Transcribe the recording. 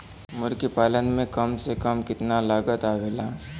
मुर्गी पालन में कम से कम कितना लागत आवेला?